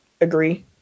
Agree